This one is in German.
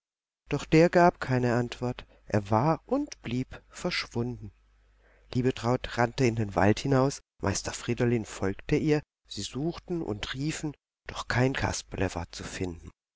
doch der gab keine antwort er war und blieb verschwunden liebetraut rannte in den wald hinaus meister friedolin folgte ihr sie suchten und riefen doch kein kasperle war zu finden